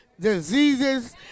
diseases